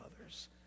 others